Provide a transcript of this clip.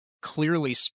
clearly